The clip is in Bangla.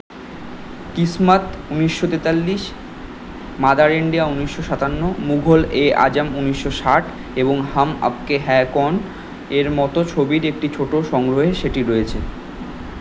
কিসমাত উনিশশো তেতাল্লিশ মাদার ইন্ডিয়া উনিশশো সাতান্ন মুঘল এ আজাম উনিশশো ষাট এবং হাম আপকে হ্যায় কৌন এর মতো ছবির একটি ছোটো সংগ্রহে সেটি রয়েছে